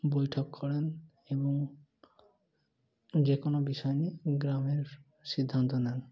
বৈঠক করেন এবং যে কোনো বিষয় নিয়ে গ্রামের সিদ্ধান্ত নেন